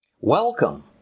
Welcome